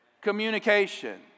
communication